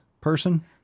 person